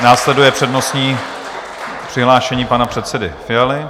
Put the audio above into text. Následuje přednostní přihlášení pana předsedy Fialy.